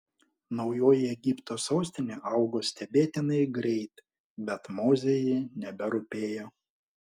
naujoji egipto sostinė augo stebėtinai greit bet mozei ji neberūpėjo